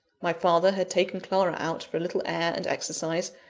my father had taken clara out for a little air and exercise,